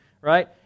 Right